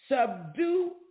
subdue